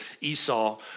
Esau